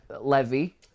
Levy